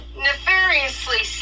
nefariously